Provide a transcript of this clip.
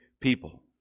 people